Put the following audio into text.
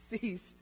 ceased